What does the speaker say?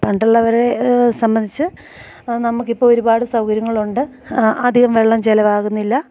പണ്ടുള്ളവരെ സംബന്ധിച്ച് നമുക്കിപ്പോൾ ഒരുപാട് സൗകര്യങ്ങളുണ്ട് അധികം വെള്ളം ചെലവാകുന്നില്ല